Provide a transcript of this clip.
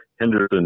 Henderson